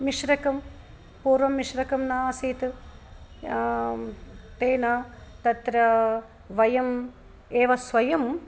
मिश्रकं पूर्वं मिश्रकं न आसीत् तेन तत्र वयम् एव स्वयं